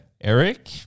Eric